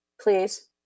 Please